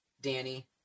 Danny